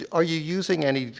yeah are you using any, ah,